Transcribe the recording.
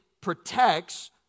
protects